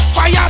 Fire